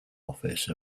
office